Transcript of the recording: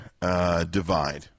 divide